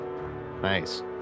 Nice